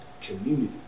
community